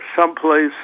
someplace